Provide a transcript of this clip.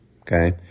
Okay